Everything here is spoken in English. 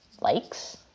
likes